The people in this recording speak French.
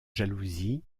jalousie